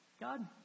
God